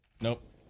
Nope